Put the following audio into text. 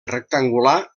rectangular